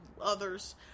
others